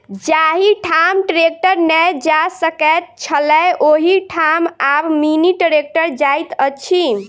जाहि ठाम ट्रेक्टर नै जा सकैत छलै, ओहि ठाम आब मिनी ट्रेक्टर जाइत अछि